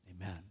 Amen